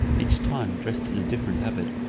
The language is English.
each time dressed in a different habit,